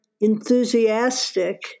enthusiastic